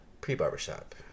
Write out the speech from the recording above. Pre-barbershop